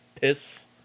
piss